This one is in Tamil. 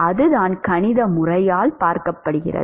அதுதான் கணித முறையால் பார்க்கப்படுகிறது